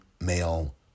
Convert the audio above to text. male